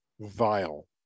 vile